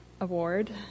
Award